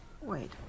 wait